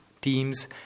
teams